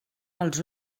els